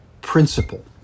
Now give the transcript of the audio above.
principle